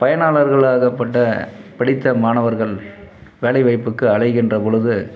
பயனாளர்களாக பட்ட படித்த மாணவர்கள் வேலைவாய்ப்புக்கு அலைகின்ற பொழுது